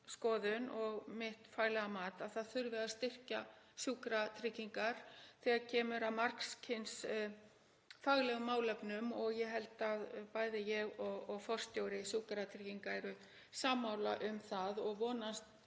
skoðun og mitt faglega mat að það þurfi að styrkja Sjúkratryggingar þegar kemur að margs kyns faglegum málefnum og ég held að ég og forstjóri Sjúkratrygginga séum sammála um það og vonandi